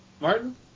Martin